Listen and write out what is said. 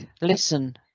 Listen